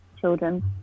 children